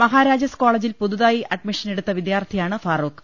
മഹാരാജാസ് കോളെജിൽ പുതുതായി അഡ്മിഷനെടുത്ത വിദ്യാർത്ഥിയാണ് ഫാറൂഖ്